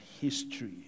history